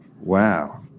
Wow